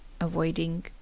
avoiding